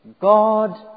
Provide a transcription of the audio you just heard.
God